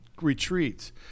retreats